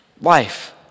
life